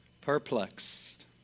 Perplexed